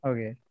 Okay